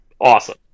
awesome